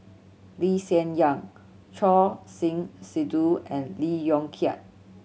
Lee Hsien Yang Choor Singh Sidhu and Lee Yong Kiat